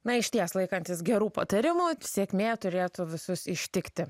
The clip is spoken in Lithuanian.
na išties laikantis gerų patarimų sėkmė turėtų visus ištikti